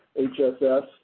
HSS